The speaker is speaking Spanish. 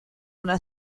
una